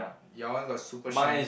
your one got super shine